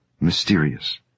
mysterious